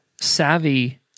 savvy